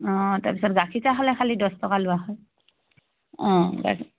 অঁ তাৰপিছত গাখীৰ চাহ হ'লে খালি দছ টকা লোৱা হয় অঁ গা